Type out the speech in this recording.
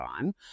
on